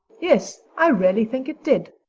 yes, i really think it did,